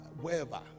wherever